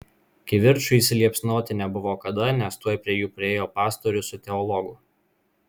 kivirčui įsiliepsnoti nebuvo kada nes tuoj prie jų priėjo pastorius su teologu